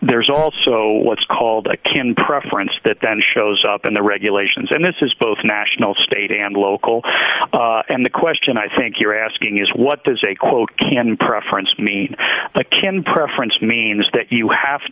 there's also what's called a can preference that then shows up in the regulations and this is both national state and local and the question i think you're asking is what does a quote can preference mean i can preference means that you have